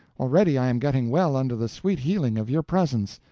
already i am getting well under the sweet healing of your presence.